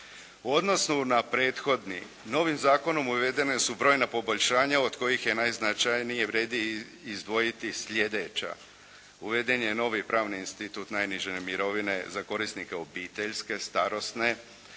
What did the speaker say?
odnosu na prethodni, novim zakonom uvedena su brojna poboljšanja od kojih je najznačajnije vrijedi izdvojiti sljedeća. Uveden je novi pravni institut najniže mirovine za korisnike obiteljske, starosne